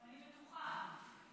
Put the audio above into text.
אני בטוחה.